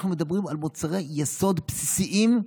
אנחנו מדברים על מוצרי יסוד בסיסיים.